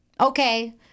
Okay